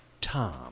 Tom